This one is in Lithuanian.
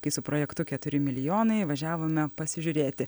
kai su projektu keturi milijonai važiavome pasižiūrėti